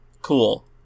Cool